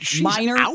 Minor